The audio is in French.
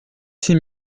six